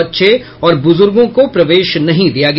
बच्चे और बूजूर्गों को प्रवेश नहीं दिया गया